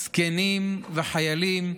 זקנים וחיילים,